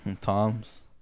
Tom's